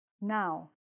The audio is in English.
Now